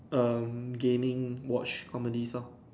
um gaming watch comedies lor